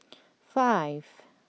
five